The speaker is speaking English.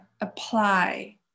apply